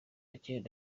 kintu